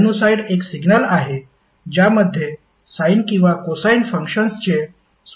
sinusoid एक signal आहे ज्यामध्ये साइन किंवा कोसाइन फंक्शन्सचे स्वरूप असते